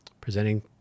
presenting